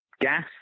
gas